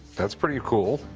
that's pretty cool.